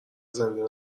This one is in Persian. زنده